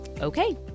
Okay